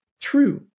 true